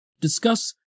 Discuss